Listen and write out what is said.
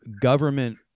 government